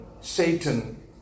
Satan